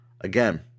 Again